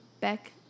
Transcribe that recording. Beck